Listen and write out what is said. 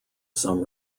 some